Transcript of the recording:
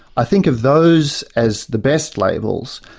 i think of those as the best labels,